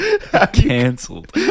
Cancelled